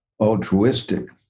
altruistic